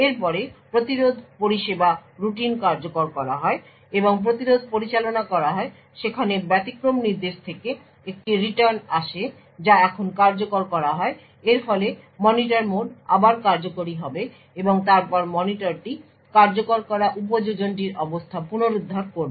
এর পরে প্রতিরোধ পরিষেবা রুটিন কার্যকর করা হয় এবং প্রতিরোধ পরিচালনা করা হয় সেখানে ব্যতিক্রম নির্দেশ থেকে একটি রিটার্ন আসে যা এখন কার্যকর করা হয় এর ফলে মনিটর মোড আবার কার্যকরি হবে এবং তারপর মনিটরটি কার্যকর করা উপযোজনটির অবস্থা পুনরুদ্ধার করবে